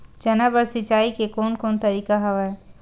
चना बर सिंचाई के कोन कोन तरीका हवय?